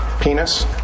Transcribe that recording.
penis